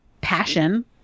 passion